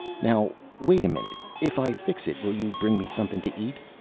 now, wait a minute. if i fix it, will you bring me something to eat?